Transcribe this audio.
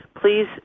please